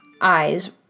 eyes